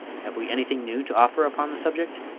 have we anything new to offer upon the subject?